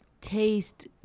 taste